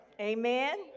Amen